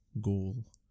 goal